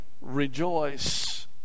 rejoice